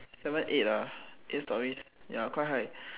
seven eight ah eight storeys ya quite high